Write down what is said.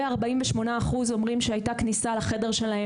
ו-48% אומרים שהייתה כניסה לחדר שלהם